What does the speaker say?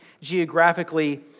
geographically